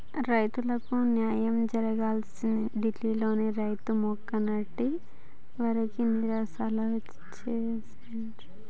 రైతులకు న్యాయం జరగాలని ఢిల్లీ లో రైతులు మొన్నటి వరకు నిరసనలు చేసిండ్లు